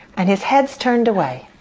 and his head is turned away.